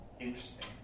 interesting